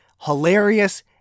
hilarious